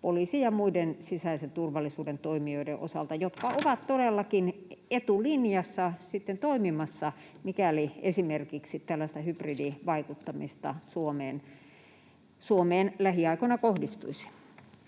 poliisin ja muiden sisäisen turvallisuuden toimijoiden osalta, jotka ovat todellakin etulinjassa sitten toimimassa, mikäli esimerkiksi tällaista hybridivaikuttamista Suomeen lähiaikoina kohdistuisi.